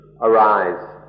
arise